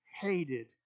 hated